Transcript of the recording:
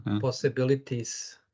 Possibilities